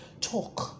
talk